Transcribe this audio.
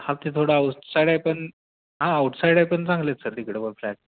हा ते थोडं आउट साईड आहे पण हा आउट साईड आहे पण चांगले आहेत सर तिकडं फ्लॅट